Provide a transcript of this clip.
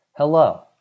Hello